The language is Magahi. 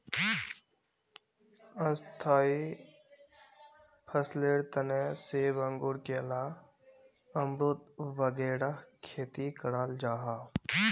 स्थाई फसलेर तने सेब, अंगूर, केला, अमरुद वगैरह खेती कराल जाहा